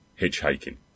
hitchhiking